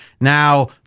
Now